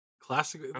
Classic